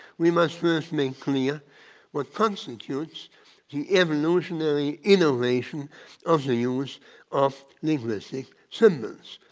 we must first make clear what constitutes the evolutionary innovation of the use of ritualistic symbols.